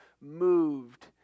moved